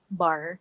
bar